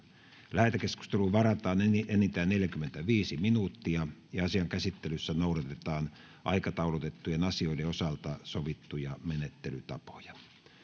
lähetekeskusteluun varataan enintään neljäkymmentäviisi minuuttia asian käsittelyssä noudatetaan aikataulutettujen asioiden osalta sovittuja menettelytapoja